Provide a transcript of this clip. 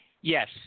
Yes